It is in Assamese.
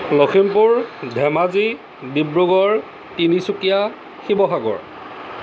লখিমপুৰ ধেমাজি ডিব্ৰুগড় তিনিচুকীয়া শিৱসাগৰ